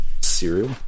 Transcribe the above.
Cereal